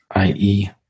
IE